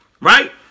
right